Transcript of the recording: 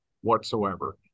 whatsoever